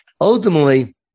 Ultimately